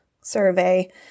survey